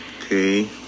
Okay